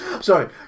Sorry